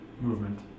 movement